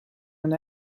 and